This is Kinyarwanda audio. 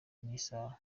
n’isaha